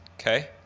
Okay